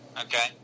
okay